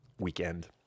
weekend